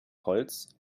holz